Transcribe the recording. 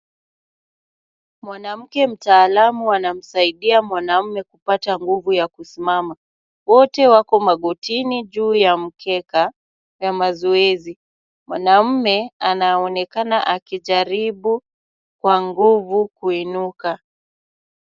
Mwanamke mtaalamu anamsaidia mwanamume kupata nguvu ya kusimama, wote wako magotini juu ya mkeka ya mazoezi, mwanamume anaonekana akijaribu kwa nguvu kuinuka.